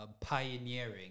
pioneering